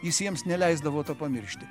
jis jiems neleisdavo to pamiršti